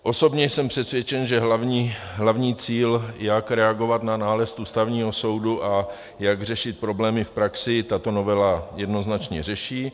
Osobně jsem přesvědčen, že hlavní cíl, jak reagovat na nález Ústavního soudu a jak řešit problémy v praxi, tato novela jednoznačně řeší.